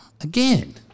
Again